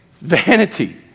Vanity